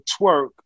twerk